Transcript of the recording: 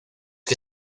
que